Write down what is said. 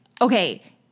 Okay